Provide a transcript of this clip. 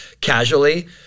casually